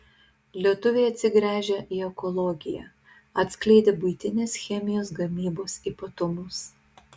lietuviai atsigręžia į ekologiją atskleidė buitinės chemijos gamybos ypatumus